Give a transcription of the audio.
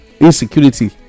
insecurity